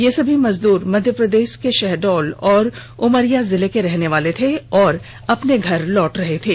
ये सभी मजदूर मध्यप्रदेष के सहडौल और उमरिया जिले के रहनेवाले थे और अपने घर जा रहे थे